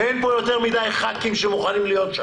אין כאן יותר מדי חברי כנסת שמוכנים להיות שם.